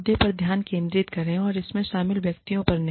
मुद्दे पर ध्यान केंद्रित करें और इसमें शामिल व्यक्तियों पर नहीं